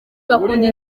bakunda